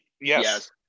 Yes